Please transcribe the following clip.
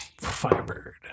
Firebird